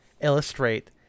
illustrate